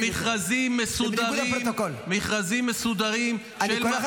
במכרזים מסודרים של --- חברת